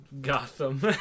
Gotham